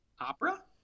Opera